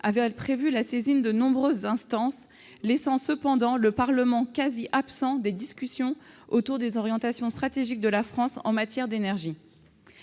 part prévu la saisine de nombreuses instances, laissant cependant le Parlement quasi absent des discussions autour des orientations stratégiques de la France en matière d'énergie.